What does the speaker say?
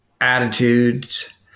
attitudes